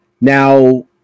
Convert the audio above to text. Now